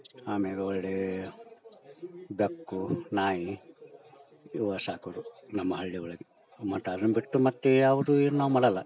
ಆಮ್ಯಾಗ ಒಳ್ಳೆಯ ಬೆಕ್ಕು ನಾಯಿ ಇವು ಸಾಕೋದು ನಮ್ಮ ಹಳ್ಳಿ ಒಳಗೆ ಮತ್ತು ಅದನ್ನ ಬಿಟ್ಟು ಮತ್ತು ಯಾವುದೂ ಏನು ನಾವು ಮಾಡೋಲ್ಲ